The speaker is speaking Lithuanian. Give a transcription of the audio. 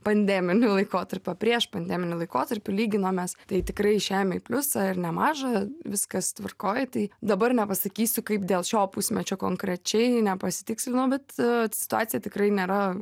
pandeminiu laikotarpiu o prieš pandeminiu laikotarpį lyginom mes tai tikrai išėjome į pliusą ir nemažą viskas tvarkoj tai dabar nepasakysiu kaip dėl šio pusmečio konkrečiai nepasitikslinau bet situacija tikrai nėra